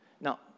Now